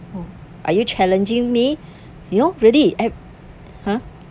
oh are you challenging me you know really eh